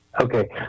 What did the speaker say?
Okay